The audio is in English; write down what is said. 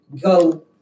go